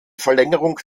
verlängerung